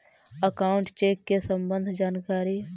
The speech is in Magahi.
अकाउंट चेक के सम्बन्ध जानकारी?